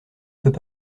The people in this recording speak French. peut